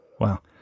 Wow